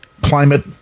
climate